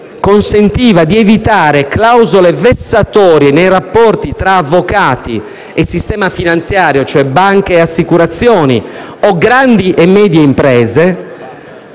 consentiva di evitare clausole vessatorie nei rapporti tra avvocati e sistema finanziario, cioè banche e assicurazioni, o grandi e medie imprese,